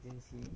(uh huh)